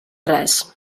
res